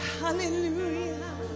Hallelujah